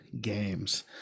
games